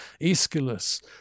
Aeschylus